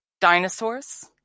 Dinosaurs